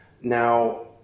Now